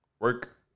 Work